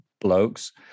blokes